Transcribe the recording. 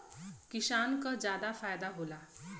किसान क जादा फायदा होला